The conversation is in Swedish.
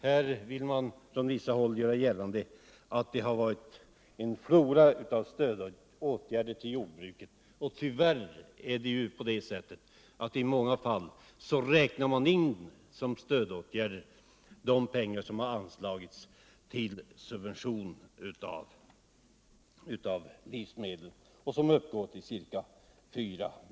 Här vill man Ifrån vissa håll göra gällande att det varit en flora av stödåtgärder till förmån för jordbruket. Tyvärr är det på det sättet att man i många fall räknar in som